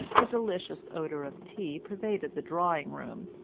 a delicious odour of tea pervaded the drawing-room,